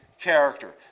character